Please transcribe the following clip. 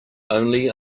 only